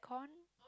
con